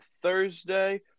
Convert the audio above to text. Thursday